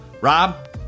Rob